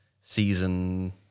season